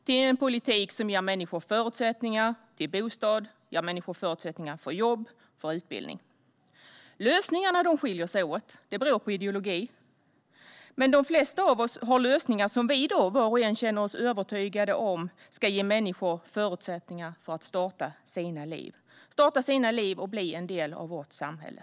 Det är en politik som ger människor förutsättningar att få bostad, jobb och utbildning. Lösningarna skiljer sig åt beroende på ideologi, men de flesta av oss har lösningar som vi känner oss övertygade om ska ge människor förutsättningar att starta sina liv och bli en del av vårt samhälle.